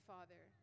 Father